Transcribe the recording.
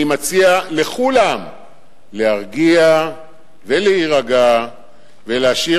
אני מציע לכולם להרגיע ולהירגע ולהשאיר